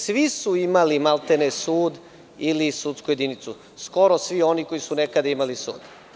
Svi su imali maltene sud, ili sudsku jedinicu, skoro svi oni koji su nekada imali sud.